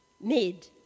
made